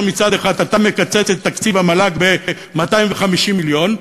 מצד אחד אתה מקצץ את תקציב המל"ג ב-250 מיליון?